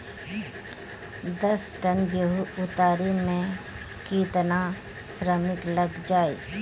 दस टन गेहूं उतारे में केतना श्रमिक लग जाई?